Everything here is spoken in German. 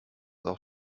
auch